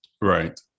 Right